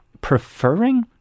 preferring